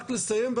לסיום,